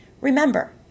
remember